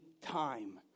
time